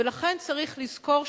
ולכן צריך לזכור,